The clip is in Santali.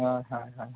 ᱦᱳᱭ ᱦᱳᱭ ᱦᱳᱭ